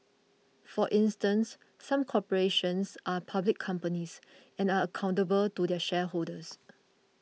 for instance some corporations are public companies and are accountable to their shareholders